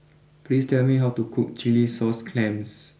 please tell me how to cook Chilli Sauce Clams